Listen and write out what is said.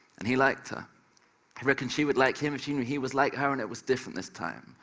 and he liked her. he reckoned she would like him if she knew he was like her, and it was different this time.